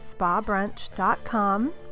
spabrunch.com